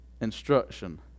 instruction